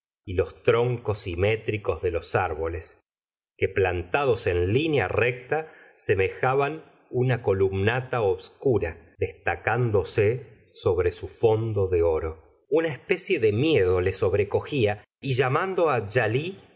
y los troncos simétricos de los árboles que plantados en línea recta semejaban una columnata obscura destacándose sobre su fondo de oro una especie de miedo le sobrecogía y llamando